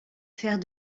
faire